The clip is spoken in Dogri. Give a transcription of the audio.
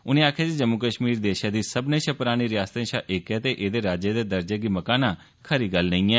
उनें आक्खेया जे जम्मू कश्मीर देशै दी सब्बनैं शा परानी रियासतें शा इक ऐ ते एहदे राज्य दे दर्जे गी मकाना खरी गल्ल नेंई ऐ